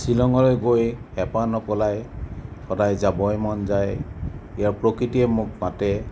শ্বিলংলৈ গৈ হেঁপাহ নপলায় সদায় যাবই মন যায় ইয়াৰ প্ৰকৃতিয়ে মোক মাতে